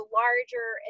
larger